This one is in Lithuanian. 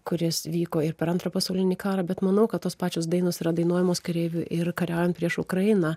kuris vyko ir per antrą pasaulinį karą bet manau kad tos pačios dainos yra dainuojamos kareivių ir kariaujant prieš ukrainą